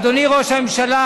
אדוני ראש הממשלה,